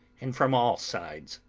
and from all sides.